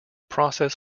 process